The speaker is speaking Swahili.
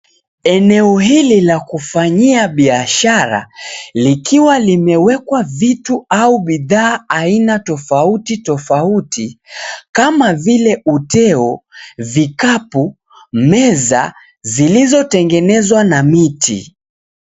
Eneo hili la kufanyia biashara, likiwa limewekwa vitu au bidhaa aina tofauti tofauti kama vile uteo, vikapu, meza zilizotengenezwa na miti.